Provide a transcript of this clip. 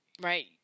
Right